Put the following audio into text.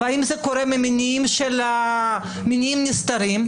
אם זה קורה ממניעים נסתרים,